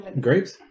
Grapes